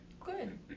Good